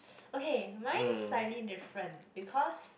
okay mine slightly different because